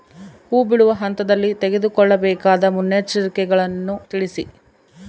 ಹೂ ಬಿಡುವ ಹಂತದಲ್ಲಿ ತೆಗೆದುಕೊಳ್ಳಬೇಕಾದ ಮುನ್ನೆಚ್ಚರಿಕೆಗಳನ್ನು ತಿಳಿಸಿ?